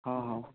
অঁ